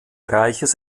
reiches